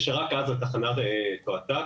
ושרק אז התחנה תועתק.